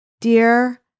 Dear